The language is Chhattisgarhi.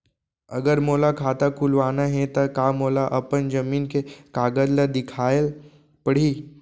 अगर मोला खाता खुलवाना हे त का मोला अपन जमीन के कागज ला दिखएल पढही?